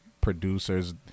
producers